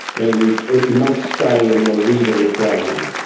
and it must stay in the reading frame.